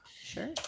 sure